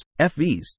FVs